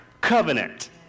covenant